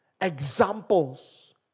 examples